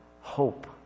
hope